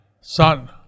son